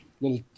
little